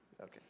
Okay